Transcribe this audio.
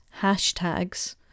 hashtags